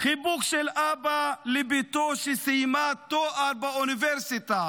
חיבוק של אבא לבתו שסיימה תואר באוניברסיטה